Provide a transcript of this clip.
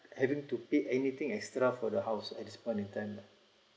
having to pay anything extra for the house at this point of time lah